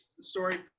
story